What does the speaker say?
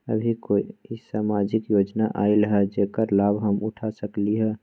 अभी कोई सामाजिक योजना आयल है जेकर लाभ हम उठा सकली ह?